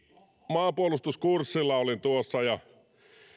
maanpuolustuskurssilla olin tuossa ja